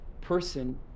person